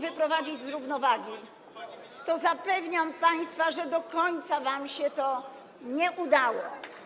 wyprowadzić z równowagi, to zapewniam państwa, że do końca wam się to nie udało.